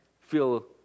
feel